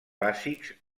bàsics